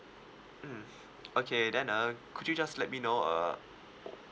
mm okay then uh could you just let me know err